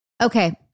Okay